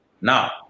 Now